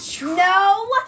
No